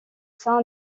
sein